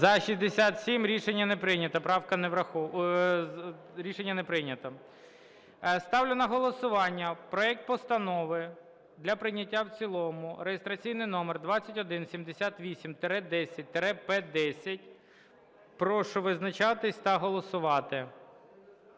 не … Рішення не прийнято. Ставлю на голосування проект Постанови для прийняття в цілому, реєстраційний номер 2178-10-П10. Прошу визначатись та голосувати.